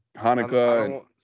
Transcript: Hanukkah